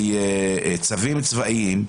וצווים צבאיים,